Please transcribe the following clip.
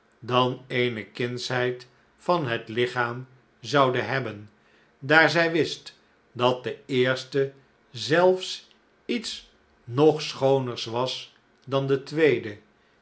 dan eene kindsheid van het lichaam zouden hebben daar zij wist dat de eerste zelfs iets nog schooners was dan de tweede